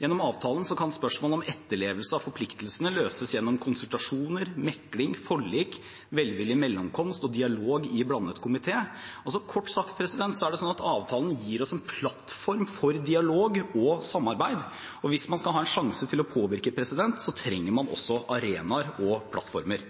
Gjennom avtalen kan spørsmål om etterlevelse av forpliktelsene løses gjennom konsultasjoner, mekling, forlik, velvillig mellomkomst og dialog i blandet komité. Kort sagt er det slik at avtalen gir oss en plattform for dialog og samarbeid, og hvis man skal ha en sjanse til å påvirke, trenger man også arenaer og plattformer.